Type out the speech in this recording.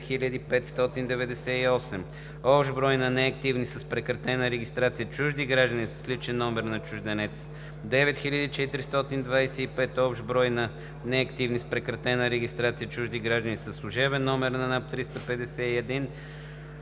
общ брой на неактивните (с прекратена регистрация) чужди граждани с личен номер на чужденец (ЛНЧ) – 9425; общ брой на неактивните (с прекратена регистрация) чужди граждани със служебен номер на НАП – 351;